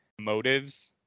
motives